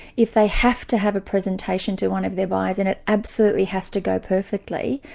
if they have to have a presentation to one of their buyers and it absolutely has to go perfectly,